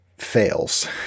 fails